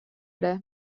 эрэ